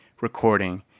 recording